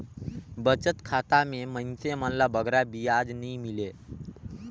बचत खाता में मइनसे मन ल बगरा बियाज नी मिले